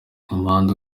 umuhanda